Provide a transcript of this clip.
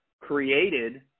created